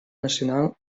nacional